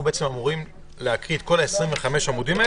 אנחנו צריכים להקריא את כל 25 העמודים?